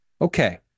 Okay